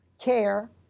care